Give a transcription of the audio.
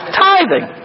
tithing